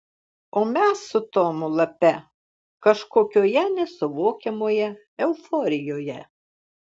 o mes su tomu lape kažkokioje nesuvokiamoje euforijoje